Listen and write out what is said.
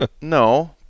no